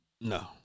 No